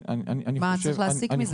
מה צריך להסיק מזה?